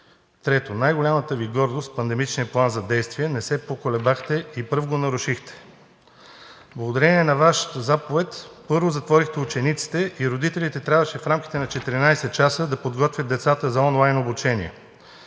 Трето, най-голямата Ви гордост – пандемичният План за действие. Не се поколебахте и пръв го нарушихте. Благодарение на Вашата заповед първо затворихте учениците и родителите трябваше в рамките на 14 часа да подготвят децата за онлайн обучение.